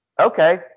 okay